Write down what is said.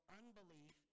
unbelief